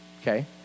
Okay